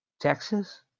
Texas